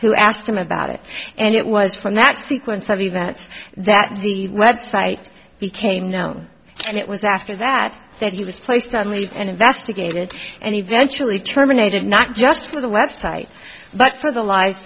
who asked him about it and it was from that sequence of events that the website became known and it was after that that he was placed on leave and investigated and eventually terminated not just for the website but for the lies